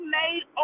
made